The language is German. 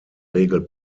regel